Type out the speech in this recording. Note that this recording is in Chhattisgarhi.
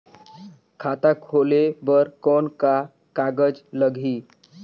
खाता खोले बर कौन का कागज लगही?